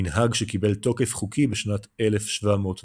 מנהג שקיבל תוקף חוקי בשנת 1703,